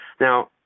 Now